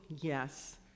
Yes